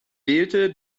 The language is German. wählte